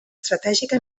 estratègica